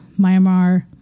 Myanmar